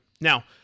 Now